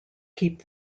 keep